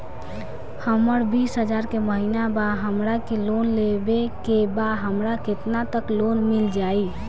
हमर बिस हजार के महिना बा हमरा के लोन लेबे के बा हमरा केतना तक लोन मिल जाई?